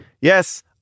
Yes